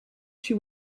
she